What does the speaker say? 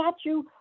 statue